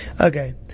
Okay